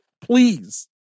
Please